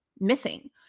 missing